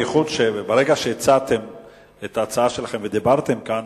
ברגע שהצעתם את ההצעה שלכם ודיברתם כאן,